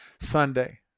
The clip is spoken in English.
Sunday